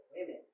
women